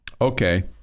okay